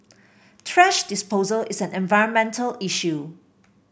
thrash disposal is an environmental issue